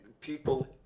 people